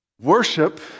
worship